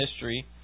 history